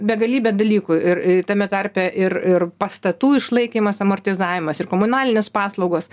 begalybė dalykų ir tame tarpe ir ir pastatų išlaikymas amortizavimas ir komunalinės paslaugos